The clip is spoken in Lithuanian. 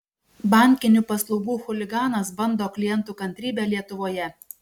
bankinių paslaugų chuliganas bando klientų kantrybę lietuvoje